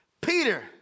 Peter